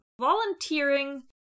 volunteering